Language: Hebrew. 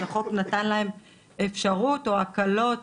אז החוק נתן להם אפשרות או הקלות